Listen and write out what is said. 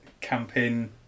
camping